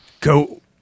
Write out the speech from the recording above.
go